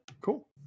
cool